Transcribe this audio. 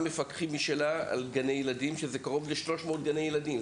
מפקחים משלה על קרוב ל-300 גני ילדים.